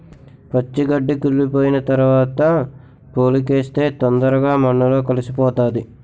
పచ్చి గడ్డి కుళ్లిపోయిన తరవాత పోలికేస్తే తొందరగా మన్నులో కలిసిపోతాది